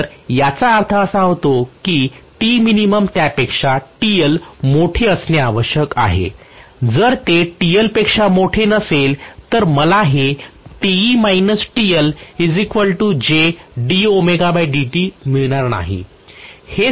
तर याचा अर्थ असा होतो की त्यापेक्षा मोठे असणे आवश्यक आहे जर ते पेक्षा मोठे नसेल तर मला हे मिळणार नाही